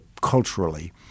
culturally